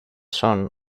son